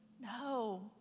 No